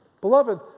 Beloved